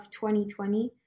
2020